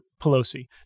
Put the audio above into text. Pelosi